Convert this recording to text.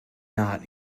not